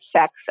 sex